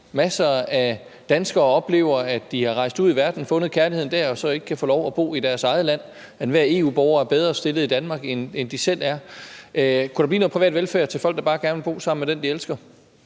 masser af danskere, der oplever, at de er rejst ud i verden og har fundet kærligheden der, og så kan de ikke få lov at bo i deres eget land. Enhver EU-borger er bedre stillet i Danmark, end de er. Kunne der blive noget privat velfærd til folk, der bare gerne vil bo sammen med den, de elsker?